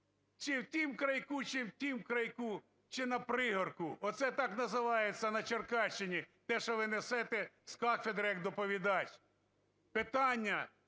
Чи в тім крайку, чи в тім крайку, чи на пригорку – оце так називається на Черкащині те, що ви несете з кафедри як доповідач. Питання